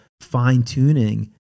fine-tuning